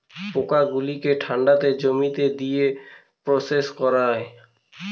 পোকা গুলোকে ঠান্ডাতে জমিয়ে দিয়ে প্রসেস করে